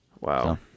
wow